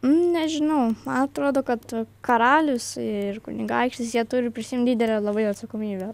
nežinau man atrodo kad karalius ir kunigaikštis jie turi prisiimt didelę labai atsakomybę